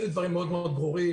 אלה דברים מאוד מאוד ברורים.